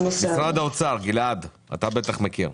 גלעד מאגף התקציבים במשרד האוצר, אתה בטח מכיר.